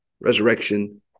resurrection